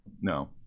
No